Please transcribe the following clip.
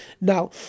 Now